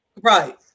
Right